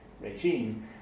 regime